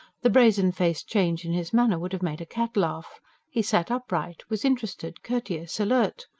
the brazen-faced change in his manner would have made a cat laugh he sat upright, was interested, courteous, alert.